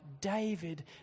David